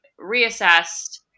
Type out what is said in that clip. reassessed